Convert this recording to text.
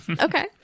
Okay